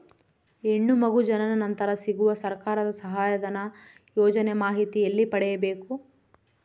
ಹೆಣ್ಣು ಮಗು ಜನನ ನಂತರ ಸಿಗುವ ಸರ್ಕಾರದ ಸಹಾಯಧನ ಯೋಜನೆ ಮಾಹಿತಿ ಎಲ್ಲಿ ಪಡೆಯಬೇಕು?